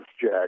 Jack